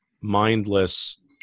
mindless